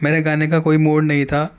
میرے گانے کا کوئی موڈ نہیں تھا